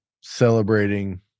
celebrating